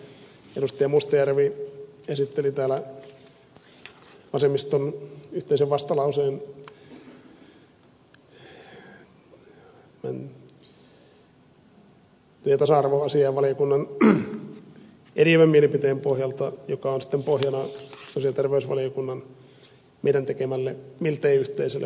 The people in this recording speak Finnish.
mustajärvi esitteli täällä vasemmiston yhteisen vastalauseen työ ja tasa arvoasiainvaliokunnan eriävän mielipiteen pohjalta joka on sitten pohjana sosiaali ja terveysvaliokunnassa meidän tekemällemme miltei yhteiselle vastalauseelle